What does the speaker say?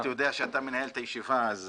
אם הייתי יודע שאתה מנהל את הישיבה אז